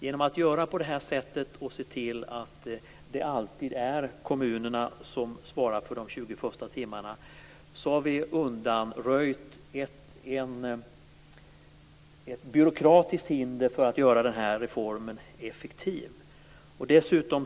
Genom att se till att det alltid är kommunerna som svarar för de 20 första timmarna har vi undanröjt ett byråkratiskt hinder för att göra den här reformen effektiv.